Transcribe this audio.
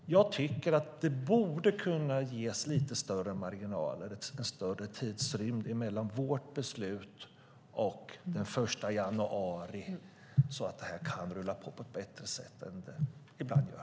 Jag tycker att det borde kunna ges lite större marginaler, en större tidsrymd mellan vårt beslut och den 1 januari, så att det här kan rulla på på ett bättre sätt än det ibland gör.